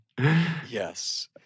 Yes